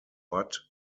but